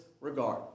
regard